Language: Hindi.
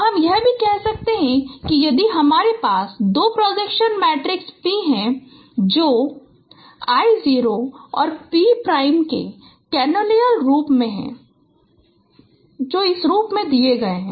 तो हम यह भी कह सकते हैं कि यदि हमारे पास दो प्रोजेक्शन मैट्रिसेस P हैं जो I 0 और P प्राइम के कैनोनिकल रूप में हैं जो इस रूप में दिए गए हैं